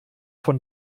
von